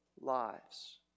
lives